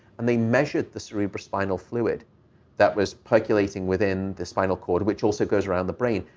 and they measured the cerebrospinal fluid that was populated within the spinal cord, which also goes around the brain.